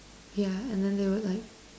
yeah and then they would like